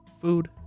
food